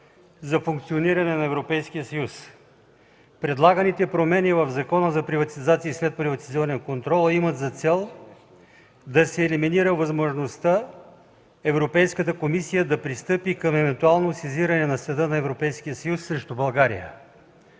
за функциониране на Европейски съюз. Предлаганите промени в Закона за приватизация и следприватизационен контрол имат за цел да се елиминира възможността Европейската комисия да пристъпи към евентуално сезиране на Съда на Европейския